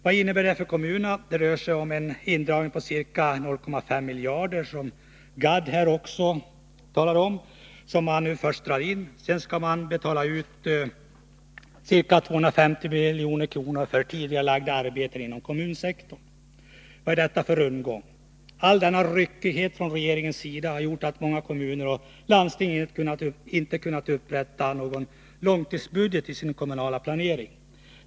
Vad innebär det för kommunerna? Det rör sig för dessa om en indragning på ca 0,5 miljarder kronor, som också Arne Gadd talade om. Först drar man in dessa medel, sedan skall man betala ut 250 milj.kr. för tidigarelagda arbeten inom kommunsektorn. Vad är detta för rundgång? All denna ryckighet från regeringens sida har gjort att många kommuner och landsting inte har kunnat upprätta någon långtidsbudget i sin kommunala planering.